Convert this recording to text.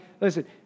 listen